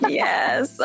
yes